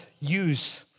use